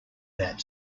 that